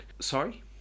Sorry